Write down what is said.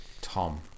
Tom